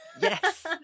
Yes